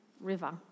River